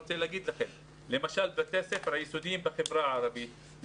אני רוצה לומר לכם שלמשל בתי הספר היסודיים בחברה הערבית,